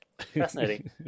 fascinating